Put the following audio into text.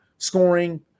scoring